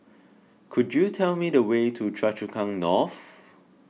could you tell me the way to Choa Chu Kang North